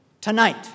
tonight